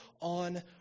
on